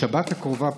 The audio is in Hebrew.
בשבת הקרובה,